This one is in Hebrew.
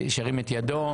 שירים את ידו.